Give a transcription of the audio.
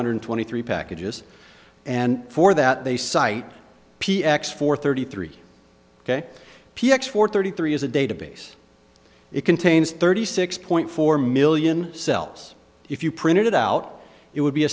hundred twenty three packages and for that they cite p x four thirty three ok p x four thirty three is a database it contains thirty six point four million cells if you printed it out it would be a